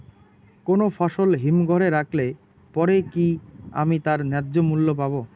কোনো ফসল হিমঘর এ রাখলে পরে কি আমি তার ন্যায্য মূল্য পাব?